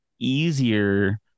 Easier